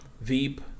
Veep